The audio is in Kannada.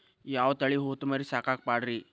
ಯಾವ ತಳಿ ಹೊತಮರಿ ಸಾಕಾಕ ಪಾಡ್ರೇ?